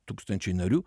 tūkstančiai narių